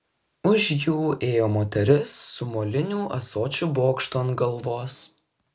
už jų ėjo moteris su molinių ąsočių bokštu ant galvos